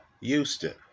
Houston